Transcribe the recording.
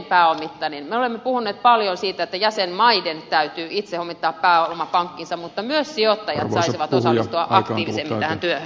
me olemme puhuneet paljon siitä että jäsenmaiden täytyy itse pääomittaa pankkinsa mutta myös sijoittajat saisivat osallistua aktiivisemmin tähän työhön